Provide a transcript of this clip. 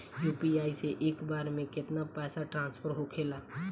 UPI से एक बार मे केतना पैसा ट्रस्फर होखे ला?